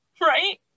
Right